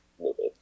movie